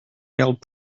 mailed